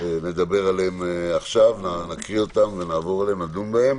שנדבר עליהם עכשיו, נקרא אותם ונעבור לדון בהם.